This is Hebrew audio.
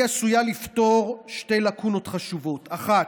היא עשויה לפתור שתי לקונות חשובות: האחת,